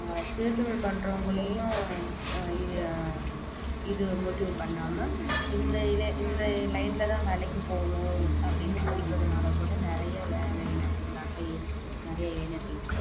சுயதொழில் பண்ணுறவங்களையும் இது இது மோட்டிவ் பண்ணாமல் இந்த இளைய இந்த லைனில் தான் வேலைக்கு போகணும் அப்படின்னு சொல்லுறதுனால கூட நிறைய வேலை இல்லாத திண்டாட்டம் ஏற்படும் நிறையா இளைஞர்களுக்கு